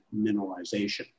mineralization